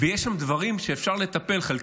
ויש שם דברים שאפשר לטפל בהם,